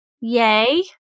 yay